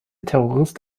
terrorist